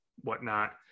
whatnot